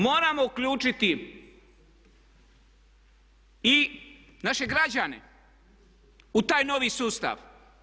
Moramo uključiti i naše građane u taj novi sustav.